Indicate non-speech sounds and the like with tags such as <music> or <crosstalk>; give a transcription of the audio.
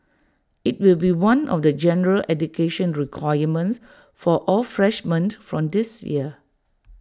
IT will be one of the general education requirements for all freshmen <noise> from this year